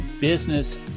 business